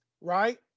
right